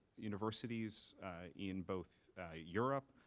universities in both europe,